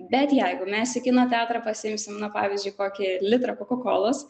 bet jeigu mes į kino teatrą pasiimsim na pavyzdžiui kokį litrą kolos